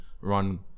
run